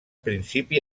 principi